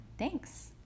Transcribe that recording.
Thanks